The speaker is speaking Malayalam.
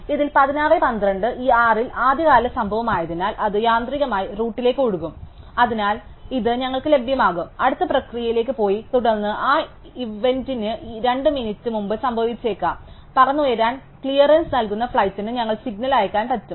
അതിനാൽ ഇതിൽ 1612 ഈ 6 ൽ ആദ്യകാല സംഭവമായതിനാൽ അത് യാന്ത്രികമായി റൂട്ടിലേക്ക് ഒഴുകും അതിനാൽ ഇത് ഞങ്ങൾക്ക് ലഭ്യമാകും അടുത്തത് പ്രക്രിയയിലേക്ക് പോയി തുടർന്ന് ആ ഇവന്റിന് 2 മിനിറ്റ് മുമ്പ് സംഭവിച്ചേക്കാം പറന്നുയരാൻ ക്ലിയറൻസ് നൽകുന്ന ഫ്ലൈറ്റിന് ഞങ്ങൾക്ക് സിഗ്നൽ അയക്കാം പറ്റും